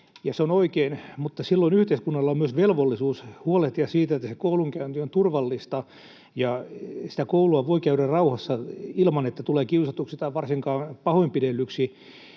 se on oikein, niin silloin yhteiskunnalla on myös velvollisuus huolehtia siitä, että se koulunkäynti on turvallista ja sitä koulua voi käydä rauhassa ilman, että tulee kiusatuksi tai varsinkaan pahoinpidellyksi.